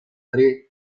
tre